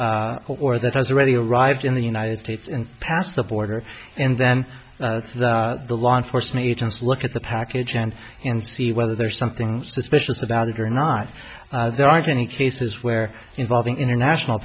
delivered or that has already arrived in the united states and past the border and then the law enforcement agents look at the package and and see whether there's something suspicious about it or not there aren't any cases where involving international